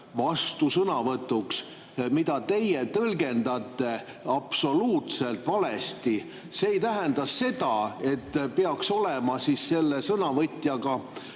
vastusõnavõtuks. Teie tõlgendate seda absoluutselt valesti. See ei tähenda seda, et peaks olema selle sõnavõtjaga